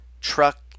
truck